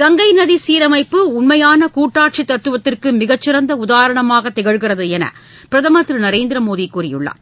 கங்கை நதி சீரமைப்பு உண்மையான கூட்டாட்சி தத்துவத்திற்கு மிகச்சிறந்த உதாரணமாகத் திகழ்கிறது என பிரதமர் திரு நரேந்திர மோடி கூறியுள்ளார்